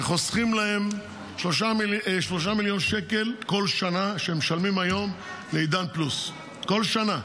שחוסכים להם 3 מיליון שקל שהם משלמים היום לעידן פלוס כל שנה.